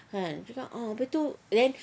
kan cakap ah apa tu kan